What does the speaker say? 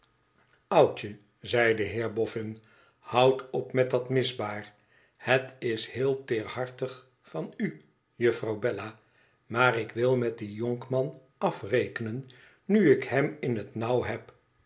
oudje zei de heer boffin houd op met dat misbaar het is heel teerhartig van u juffrouw bella maar ik wil met dien jonkman afrekenen nu ik hem in het nauw heb